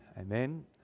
Amen